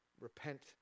Repent